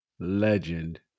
Legend